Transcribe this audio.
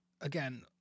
again